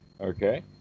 okay